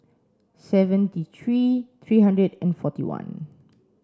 seventy three three hundred and forty one